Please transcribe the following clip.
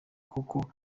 kuko